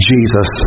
Jesus